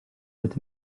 with